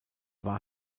war